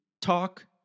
talk